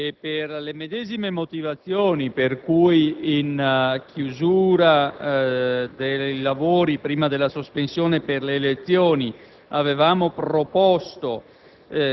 per le medesime motivazioni per cui, in chiusura dei lavori prima della sospensione per le elezioni, avevamo proposto